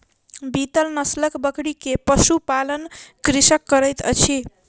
बीतल नस्लक बकरी के पशु पालन कृषक करैत अछि